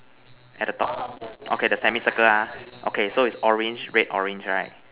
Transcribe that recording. at the top okay the semi circle ah okay so is orange red orange right